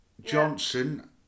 Johnson